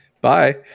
bye